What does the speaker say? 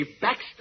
Baxter